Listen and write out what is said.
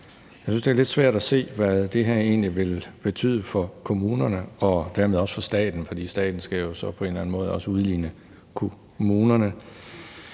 jeg synes, det er lidt svært at se, hvad det her egentlig vil betyde for kommunerne og dermed også for staten, for staten skal jo så på en eller anden måde også udligne kommunerne.